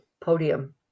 podium